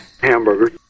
Hamburger